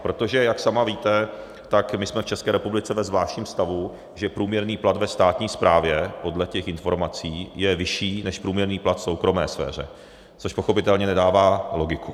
Protože, jak sama víte, jsme v České republice ve zvláštním stavu, že průměrný plat ve státní správě je podle informací vyšší než průměrný plat v soukromé sféře, což pochopitelně nedává logiku.